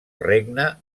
regne